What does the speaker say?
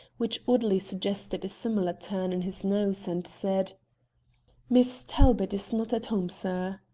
which oddly suggested a similar turn in his nose, and said miss talbot is not at home, sir.